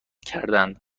کردند